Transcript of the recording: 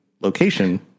location